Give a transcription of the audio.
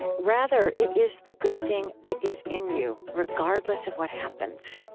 rather, it is the good thing that is in you, regardless of what happens.